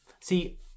see